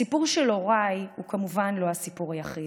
הסיפור של הוריי הוא כמובן לא הסיפור היחיד.